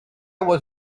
was